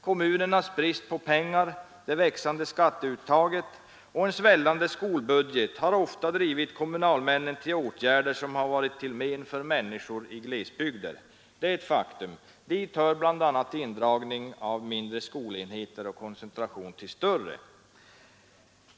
Kommunernas brist på pengar, det växande skatteuttaget och en svällande skolbudget har ofta drivit kommunalmännen till åtgärder som har varit till men för människor i glesbygderna. Det är ett faktum. Dit hör bl.a. indragning av mindre skolenheter och koncentration till större.